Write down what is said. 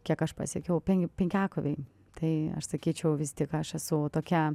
kiek aš pasiekiau penki penkiakovėj tai aš sakyčiau vis tik aš esu tokia